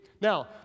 Now